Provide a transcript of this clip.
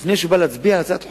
לפני שהוא בא להצביע על הצעת חוק,